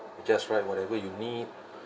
you just write whatever you need